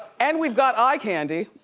and we've got eye candy.